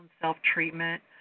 self-treatment